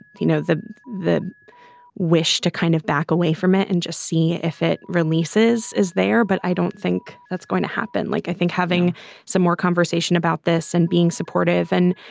you know, the the wish to kind of back away from it and just see if it releases is there. but i don't think that's going to happen. like i think having some more conversation about this and being supportive and,